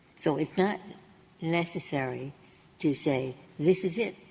so it's not necessary to say this is it.